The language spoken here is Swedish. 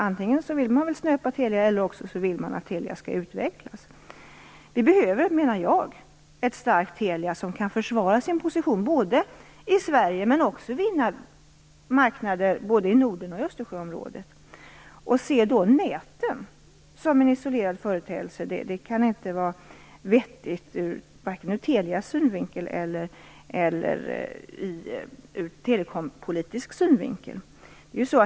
Antingen vill man snöpa Telia, eller också vill man att Telia skall utvecklas. Vi behöver, menar jag, ett starkt Telia som kan försvara sin position i Sverige men också vinna marknader både i Norden och Östersjöområdet. Att då se näten som en isolerad företeelse kan inte vara vettigt vare sig ur Telias synvinkel eller ur telepolitisk synvinkel.